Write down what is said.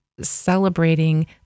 celebrating